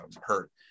hurt